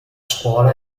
scuola